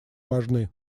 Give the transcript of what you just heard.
важны